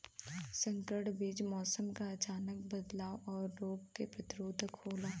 संकर बीज मौसम क अचानक बदलाव और रोग के प्रतिरोधक होला